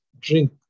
drink